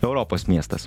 europos miestas